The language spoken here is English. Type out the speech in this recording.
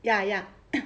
ya ya